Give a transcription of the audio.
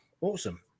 awesome